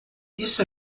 isso